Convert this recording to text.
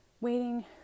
Waiting